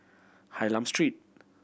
Hylam Street